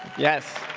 yes.